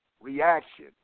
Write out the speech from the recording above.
reaction